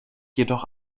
jedoch